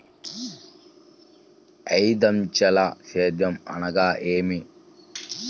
ఐదంచెల సేద్యం అనగా నేమి?